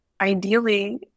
ideally